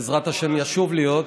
בעזרת השם, ישוב להיות,